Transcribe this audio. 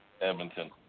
Edmonton